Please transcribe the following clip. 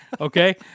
Okay